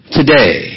today